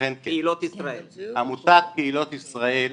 אכן כן, עמותת קהילות ישראל.